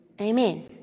Amen